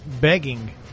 begging